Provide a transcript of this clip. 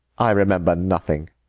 i remember nothing.